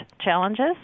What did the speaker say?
challenges